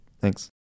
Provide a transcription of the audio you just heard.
thanks